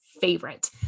favorite